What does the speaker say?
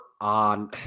on